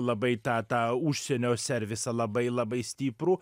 labai tą tą užsienio servisą labai labai stiprų